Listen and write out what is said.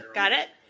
got it?